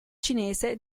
cinese